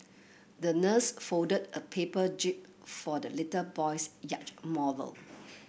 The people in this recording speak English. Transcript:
the nurse folded a paper jib for the little boy's yacht model